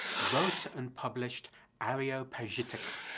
wrote and published areopagitica.